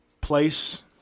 place